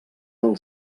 del